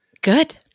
Good